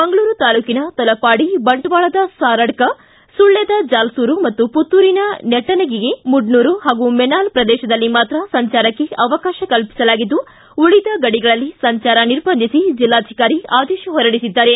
ಮಂಗಳೂರು ತಾಲೂಕಿನ ತಲಪಾಡಿ ಬಂಟ್ವಾಳದ ಸಾರಡ್ಕ ಸುಳ್ಕದ ಜಾಲ್ಲೂರು ಮತ್ತು ಪುತ್ತೂರಿನ ನೆಟ್ಟಣಿಗೆ ಮುಡ್ನೂರು ಹಾಗೂ ಮೇನಾಲ ಪ್ರದೇಶದಲ್ಲಿ ಮಾತ್ರ ಸಂಚಾರಕ್ಕೆ ಅವಕಾಶ ಕಲ್ಪಿಸಲಾಗಿದ್ದು ಉಳಿದ ಗಡಿಗಳಲ್ಲಿ ಸಂಚಾರ ನಿರ್ಬಂಧಿಸಿ ಜಿಲ್ಲಾಧಿಕಾರಿ ಆದೇಶ ಹೊರಡಿಸಿದ್ದಾರೆ